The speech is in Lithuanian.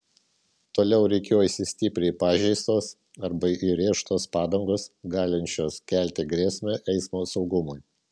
toliau rikiuojasi stipriai pažeistos arba įrėžtos padangos galinčios kelti grėsmę eismo saugumui